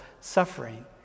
suffering